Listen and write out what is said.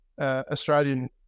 Australian